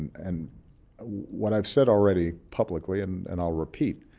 and what i've said already publicly, and and i'll repeat